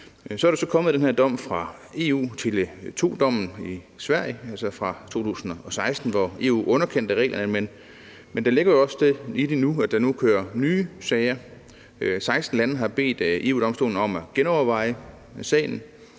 så i 2016 kommet den her dom fra EU, Tele2-dommen, hvor EU underkendte de svenske regler. Men der ligger jo også det i det nu, at der nu kører nye sager. 16 lande har bedt EU-domstolen om at genoverveje sagen,